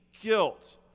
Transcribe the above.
guilt